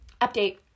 Update